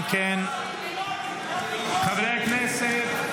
--- חברי הכנסת,